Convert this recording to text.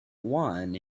one